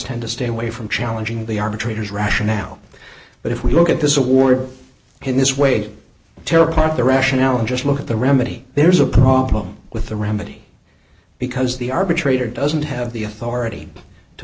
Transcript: tend to stay away from challenging the arbitrator's rationale but if we look at this award in this way tear apart the rationale and just look at the remedy there's a problem with the remedy because the arbitrator doesn't have the authority to